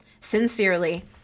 Sincerely